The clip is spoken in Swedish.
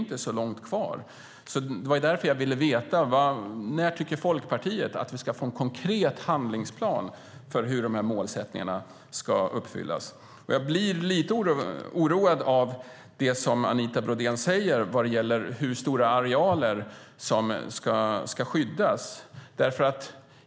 Det är inte så långt kvar, och det var därför jag vill veta när Folkpartiet tycker att vi ska få en konkret handlingsplan för hur de här målsättningarna ska uppfyllas. Jag blir lite oroad av det Anita Brodén säger när det gäller hur stora arealer det är som ska skyddas.